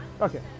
Okay